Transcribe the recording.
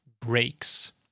breaks